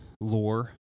lore